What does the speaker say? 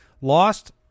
lost